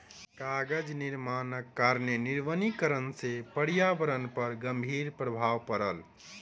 कागज निर्माणक कारणेँ निर्वनीकरण से पर्यावरण पर गंभीर प्रभाव पड़ल